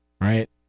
right